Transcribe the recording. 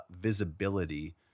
visibility